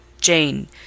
Jane